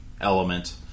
element